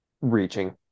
reaching